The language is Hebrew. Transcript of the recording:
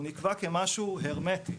הוא נקבע כמשהו הרמטי,